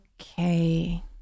Okay